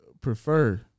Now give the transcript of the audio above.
prefer